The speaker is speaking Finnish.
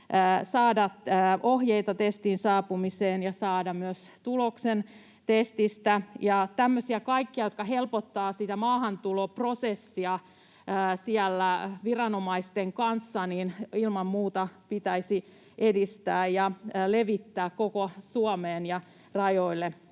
saada ohjeita testiin saapumiseen ja saada myös tuloksen testistä. Tämmöisiä kaikkia, jotka helpottavat sitä maahantuloprosessia viranomaisten kanssa, ilman muuta pitäisi edistää ja levittää koko Suomeen ja rajoille.